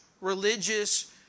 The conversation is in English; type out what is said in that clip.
religious